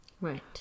right